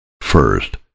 First